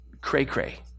cray-cray